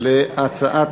(תיקון מס' 42 והוראת שעה),